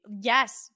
Yes